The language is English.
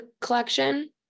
collection